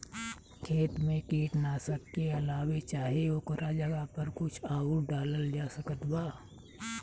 खेत मे कीटनाशक के अलावे चाहे ओकरा जगह पर कुछ आउर डालल जा सकत बा?